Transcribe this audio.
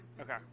Okay